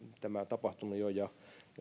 tämä on tapahtunut jo ja